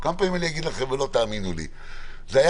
כמה פעמים אגיד לכם ולא תאמינו לי?